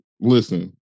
Listen